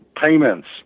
payments